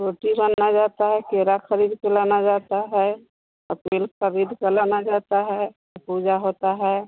रोटी बना जाता है केला खरीदकर लाना जाता है खरीदकर लाना जाता है तो पूजा होता है